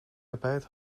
tapijt